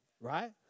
right